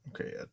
Okay